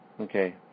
Okay